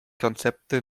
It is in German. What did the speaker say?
konzepte